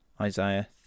Isaiah